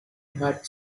had